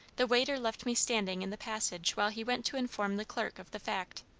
the waiter left me standing in the passage while he went to inform the clerk of the fact.